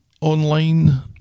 online